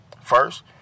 First